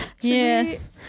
Yes